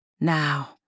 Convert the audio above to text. Now